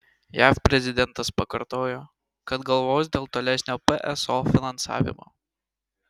jav prezidentas pakartojo kad galvos dėl tolesnio pso finansavimo